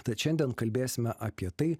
tad šiandien kalbėsime apie tai